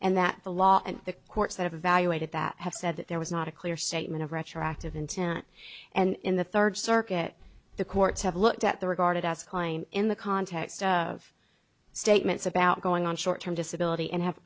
and that the law and the courts that have evaluated that have said that there was not a clear statement of retroactive intent and in the third circuit the courts have looked at the regarded as klein in the context of statements about going on short term disability and have